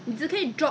ah 那个 ah